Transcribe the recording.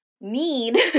need